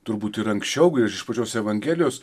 turbūt ir anksčiau iš pačios evangelijos